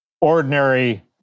ordinary